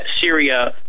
Syria